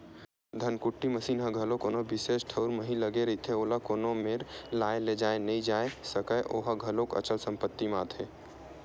धनकुट्टी मसीन ह घलो कोनो बिसेस ठउर म ही लगे रहिथे, ओला कोनो मेर लाय लेजाय नइ जाय सकय ओहा घलोक अंचल संपत्ति म आथे